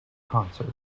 concert